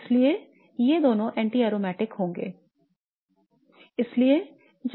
तो इसलिए ये दोनों anti aromatic होंगे ठीक है